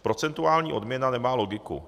Procentuální odměna nemá logiku.